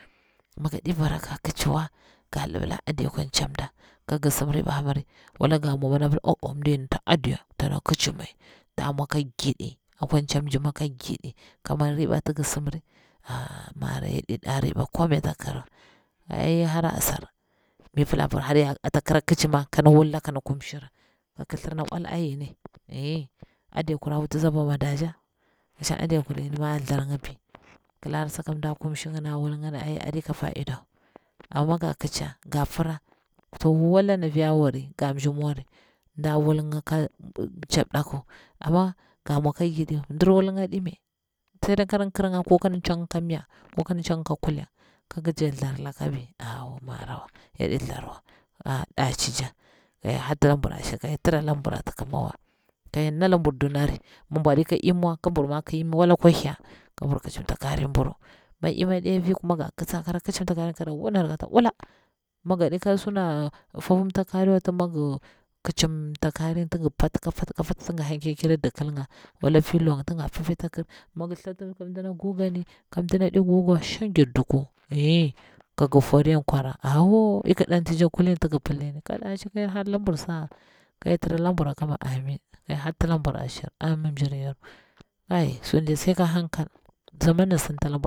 Mi gaɗi bara ka kiciwa, ga libila adi kwan cam mɗa kangi sim riba miri. wala ga mwo nda pila oh oh mdiying ta adiya tana kicimai, ta mwo ka giɗi akwan cam mjima ka giɗi ka man riba tigi simri. ah mara yaɗi ɗa riba komai a takirwa, ai ik hara asar mipila abir har ya ata kira kicima kan wulla ƙan kumshi ra. ka kithir na owala ai yini ey, aɗe kura wuti si bo madaji, shang aɗekur yinima athar ngi bi, kilara saka nda kumshinga nda wul nga ai aɗi ka fa'ida wa, amma mi ga kica ga pira, to wala ana fiya wari gam mji mwori nda wulnga kan mcap mdaku, amma ga mwo ka giɗi mdir wul ga ɗi mai, sai dai kanƙir nga ko kandi canga kamya ko kan canga ka kuleng ka gijath tharlakabi awo marawa yaɗi tharwa ah dacija, ka hyel harta labar ashir ka hyel tira lambur ata ka hyel nalambur dunari mun bwa ɗika imiwa ka mbur mwo ki imi wala kwa hyel kam mbur kicimta karim mburu mi imi ɗefi kuma ga kisa kara kicimta karinga kara wunar kata ula mi gaɗika sunda fofumta kariwa tim migi kicimta karingan tigi pati ka pati ka pati tinga hankir akira dikilnga wala filonga tinga pipi takir migi thati wuta mdina gugani ka mdina ɗi guganwa shang gid duku eye ka gi foriya nkwara awo iki ɗantija kulin ti gi pilling ka daci ka hyel harlamur sa'a ka hyel tra lambur kima amin ka hyel harta lamdur ashir ayim mjiryar ai sundiya sai ka hankal zaman an sinta lambur